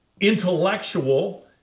intellectual